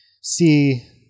see